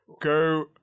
go